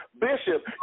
Bishop